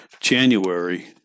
January